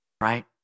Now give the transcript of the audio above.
right